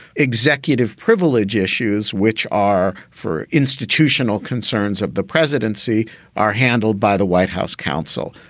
executive privilege issues, which are for institutional concerns of the presidency are handled by the white house counsel.